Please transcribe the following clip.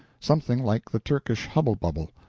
something like the turkish hubble-bubble.